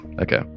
Okay